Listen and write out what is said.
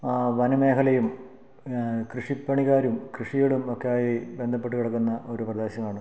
ആ വനമേഖലയും കൃഷിപ്പണികാരും കൃഷികളും ഒക്കെ ആയി ബന്ധപ്പെട്ടു കിടക്കുന്ന ഒരു പ്രദേശമാണ്